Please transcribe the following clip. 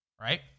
Right